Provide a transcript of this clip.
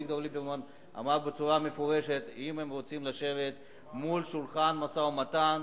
אביגדור ליברמן אמר בצורה מפורשת שאם הם רוצים לשבת לשולחן משא-ומתן,